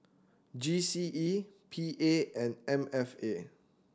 G C E P A and M F A